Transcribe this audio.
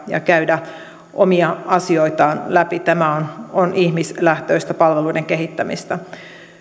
ja käydä omia asioitaan läpi tämä on ihmislähtöistä palveluiden kehittämistä